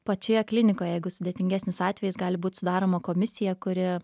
pačioje klinikoje jeigu sudėtingesnis atvejis gali būt sudaroma komisija kuri